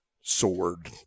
sword